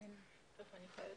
אני חייבת